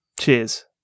Cheers